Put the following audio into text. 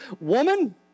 woman